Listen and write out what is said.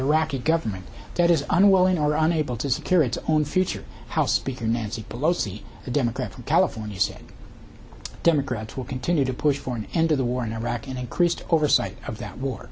iraqi government that is unwilling or unable to secure its own future house speaker nancy pelosi a democrat from california said democrats will continue to push for an end to the war in iraq and increased oversight of that war